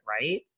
right